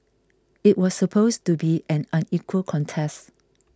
it was supposed to be an unequal contest